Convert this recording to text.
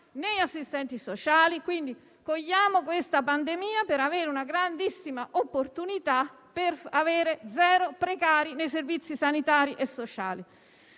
gli assistenti sociali. Guardiamo a questa pandemia come una grandissima opportunità per avere zero precari nei servizi sanitari e sociali.